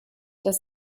das